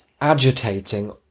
agitating